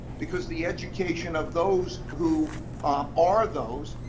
because the education of those who are those,